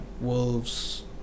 Wolves